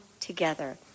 together